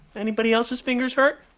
anybody else's fingers hurt?